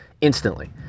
instantly